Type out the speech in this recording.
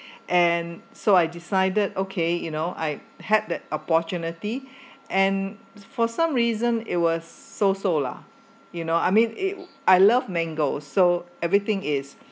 and so I decided okay you know I had the opportunity and for some reason it was so so lah you know I mean it I love mango so everything is